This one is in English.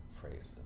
phrases